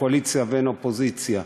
שאין קואליציה ואין אופוזיציה: